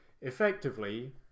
effectively